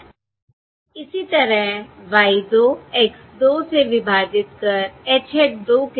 यह Y 0 है जिसे X 0 से विभाजित किया गया है Y 1 X 1 से विभाजित कर H hat 1 के बराबर है